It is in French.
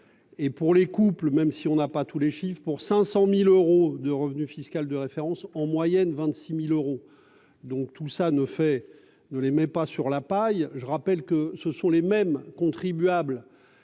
et pour les couples, même si on n'a pas tous les chiffre pour 500000 euros de revenu fiscal de référence en moyenne 26000 euros, donc tout ça ne fait ne l'aimaient pas sur la paille, je rappelle que ce sont les mêmes contribuables